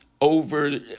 over